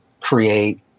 create